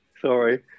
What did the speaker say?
Sorry